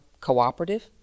cooperative